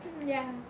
ya